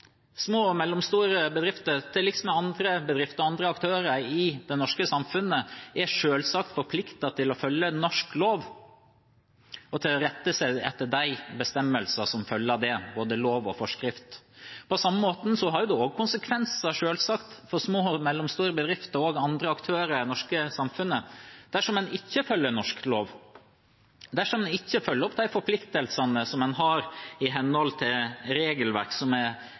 å følge norsk lov og til å rette seg etter de bestemmelsene som følger av både lov og forskrift. På samme måte har det selvsagt konsekvenser for små og mellomstore bedrifter og andre aktører i det norske samfunnet dersom en ikke følger norsk lov, dersom en ikke følger opp forpliktelsene en har i henhold til regelverk